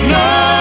no